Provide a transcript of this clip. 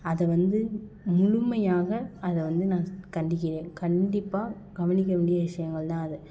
அதை வந்து முழுமையாக அதை வந்து நான் கண்டிக்கிறேன் கண்டிப்பாக கவனிக்க வேண்டிய விஷயங்கள்தான் அது